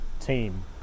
team